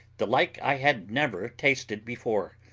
the like i had never tasted before.